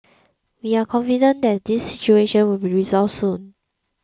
we are confident that this situation will be resolved soon